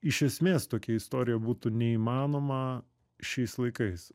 iš esmės tokia istorija būtų neįmanoma šiais laikais